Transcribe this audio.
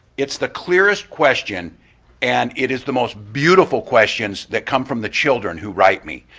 it's the clearest question and it is the most beautiful questions that come from the children who write me.